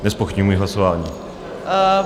Nezpochybňuji hlasování.